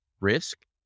risk